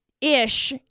ish